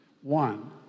one